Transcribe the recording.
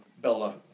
Bella